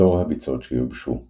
אזור הביצות שיובשו –